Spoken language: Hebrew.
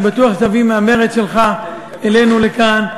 אני בטוח שתביא מהמרץ שלך אלינו לכאן.